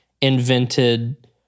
invented